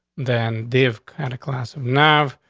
then they've kind of class of nuff.